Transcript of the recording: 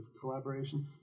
collaboration